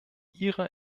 ihrer